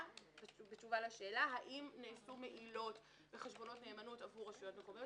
בתשובה לשאלה האם נעשו מעילות בחשבונות נאמנות עבור רשויות מקומיות.